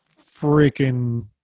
freaking